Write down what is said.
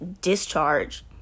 discharge